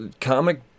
comic